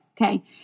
Okay